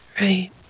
right